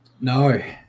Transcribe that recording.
no